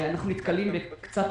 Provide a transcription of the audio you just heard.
אנחנו נתקלים בשמרנות